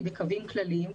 והיא רק בקווים כלליים.